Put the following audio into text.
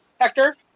Hector